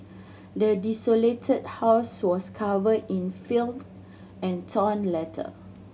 the desolated house was covered in filth and torn letter